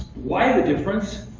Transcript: why the difference?